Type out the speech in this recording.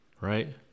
right